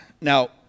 Now